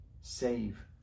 save